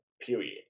period